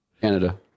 Canada